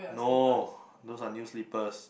no those are new slippers